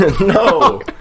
No